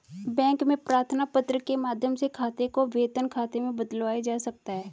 bank में प्रार्थना पत्र के माध्यम से खाते को वेतन खाते में बदलवाया जा सकता है